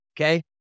Okay